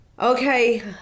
okay